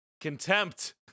contempt